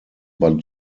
but